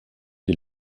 die